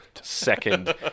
second